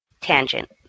Tangent